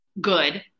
good